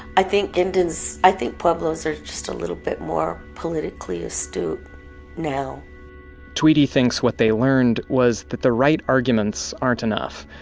i think indians i think pueblos are just a little bit more politically astute now tweety thinks what they learned was the right arguments aren't enough,